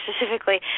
specifically